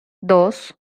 dos